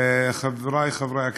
חבריי חברי הכנסת,